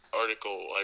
article